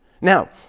Now